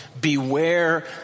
Beware